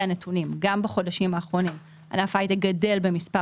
הנתונים גם בחודשים האחרונים ענף ההייטק גדל במספר